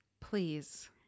please